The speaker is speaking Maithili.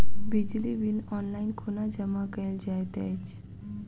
बिजली बिल ऑनलाइन कोना जमा कएल जाइत अछि?